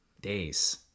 days